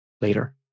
later